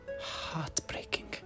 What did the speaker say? Heartbreaking